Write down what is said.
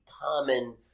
common